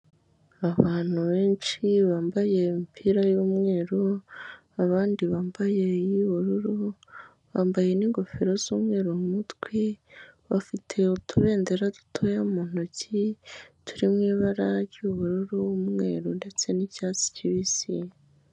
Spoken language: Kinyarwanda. Abantu benshi bambaye imipira y'umweru, abandi bambaye iy'ubururu bambaye n'ingofero z'umweru mu mutwe bafite utubendera dutoya mu ntoki turi mu ibara ry'ubururu umweru ndetse n'icyatsi kibisi.